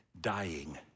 dying